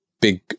big